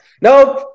Nope